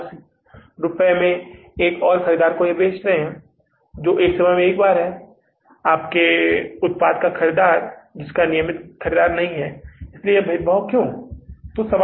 और आप 10 रुपये में एक और ख़रीदार के साथ बेच रहे हैं जो एक समय में एक बार है आपके उत्पाद का ख़रीदार जिसका नियमित ख़रीदार नहीं है इसलिए यह भेदभाव क्यों है